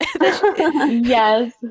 Yes